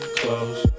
close